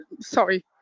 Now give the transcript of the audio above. Sorry